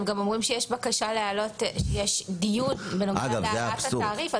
אתם גם אומרים שיש דיון בנוגע להעלאת התעריף.